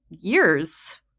years